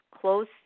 close